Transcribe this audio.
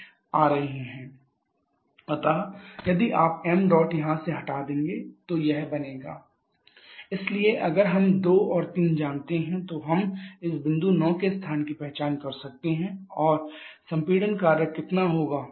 इसलिए 1 xmh2xmh3mh9 अतः यदि आप ṁ यहां हटा देते हैं तो यह बनेगा 1 xh2xh3h9 इसलिए अगर हम 2 और 3 जानते हैं तो हम इस बिंदु 9 के स्थान की पहचान कर सकते हैं और संपीड़न कार्य कितना होगा